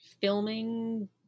filming